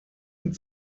mit